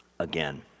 again